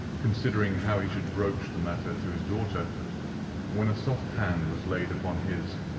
considering how he should broach the matter to his daughter when a soft hand was laid upon his,